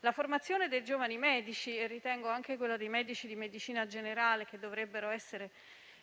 La formazione dei giovani medici e, a mio avviso, anche quella dei medici di medicina generale, che dovrebbe essere